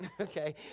Okay